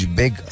big